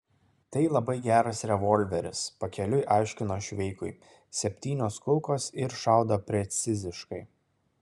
tai labai geras revolveris pakeliui aiškino šveikui septynios kulkos ir šaudo preciziškai